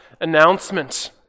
announcement